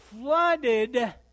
flooded